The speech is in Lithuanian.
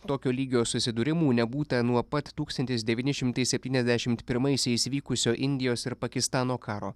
tokio lygio susidūrimų nebūta nuo pat tūkstantis devyni šimtai septyniasdešimt pirmaisiais vykusio indijos ir pakistano karo